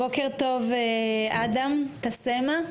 בוקר טוב אדם טסמה.